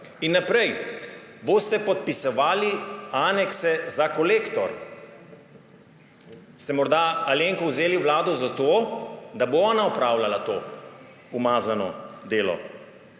In naprej. Boste podpisovali anekse za Kolektor. Ste morda Alenko vzeli v vlado zato, da bo ona opravljala to umazano delo?